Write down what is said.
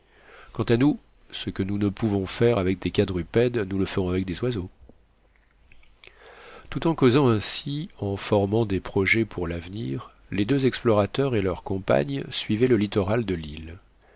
quant à nous ce que nous ne pouvons faire avec des quadrupèdes nous le ferons avec des oiseaux tout en causant ainsi en formant des projets pour l'avenir les deux explorateurs et leur compagne suivaient le littoral de l'île